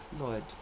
lord